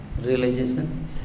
realization